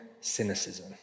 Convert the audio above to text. cynicism